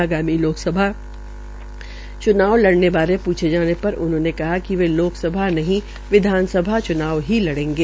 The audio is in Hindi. आगामी लोकसभा च्नाव लड़ने बारे पूछे जाने पर उन्होंने कहा कि वे लोकसभा नहीं विधानसभा चुनाव ही लड़ेगे